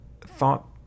thought